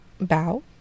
bow